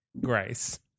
Grace